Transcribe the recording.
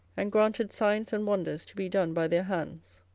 and granted signs and wonders to be done by their hands.